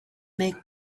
make